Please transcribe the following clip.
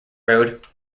road